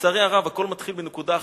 לצערי הרב הכול מתחיל בנקודה אחרת,